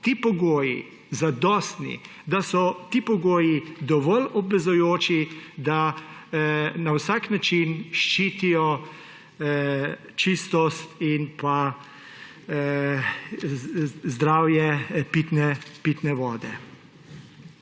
da so ti pogoji zadostni, da so ti pogoji dovolj obvezujoči, da na vsak način ščitijo čistost in zdravje pitne vode.